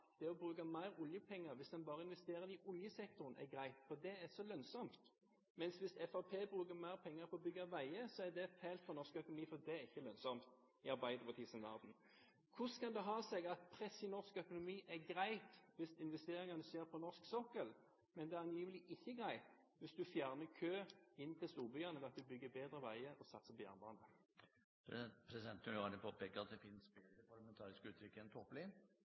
det å bruke mer oljepenger hvis man bare investerer i oljesektoren, er greit, for det er så lønnsomt, men hvis Fremskrittspartiet bruker mer penger på å bygge veier, er det fælt for norsk økonomi, for det er ikke lønnsomt i Arbeiderpartiets verden. Hvordan kan det ha seg at presset i norsk økonomi er greit hvis investeringene skjer på norsk sokkel, men det er angivelig ikke greit hvis man fjerner kø inn til storbyene ved at man bygger bedre veier og satser på jernbane. Presidenten vil gjerne påpeke at det finnes